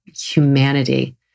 humanity